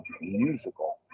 musical